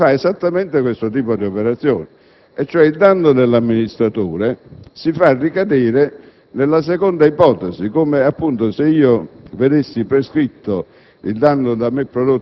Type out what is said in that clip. Ebbene, con il comma 1343 si fa esattamente questo tipo di operazione. In sostanza, il danno dell'amministratore si fa ricadere nella seconda ipotesi. Come se